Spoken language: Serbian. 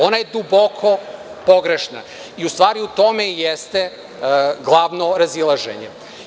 Ona je duboko pogrešna i u stvari u tome i jeste glavno razilaženje.